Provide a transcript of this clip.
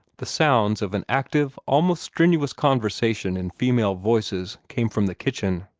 the sounds of an active, almost strenuous conversation in female voices came from the kitchen.